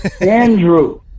Andrew